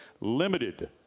limited